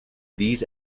these